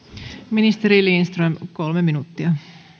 ministeri lindström kolme minuuttia